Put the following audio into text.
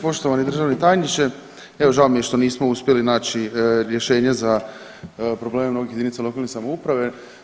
Poštovani državni tajniče, evo žao mi je što nismo uspjeli naći rješenje za probleme mnogih jedinica lokalne samouprave.